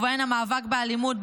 ובהן המאבק באלימות,